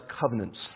covenants